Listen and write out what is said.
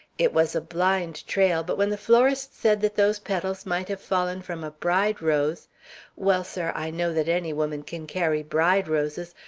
it was a blind trail, but when the florist said that those petals might have fallen from a bride rose well, sir, i know that any woman can carry bride roses,